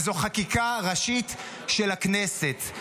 וזאת חקיקה ראשית של הכנסת.